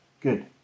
Good